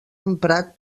emprat